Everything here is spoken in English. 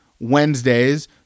Wednesdays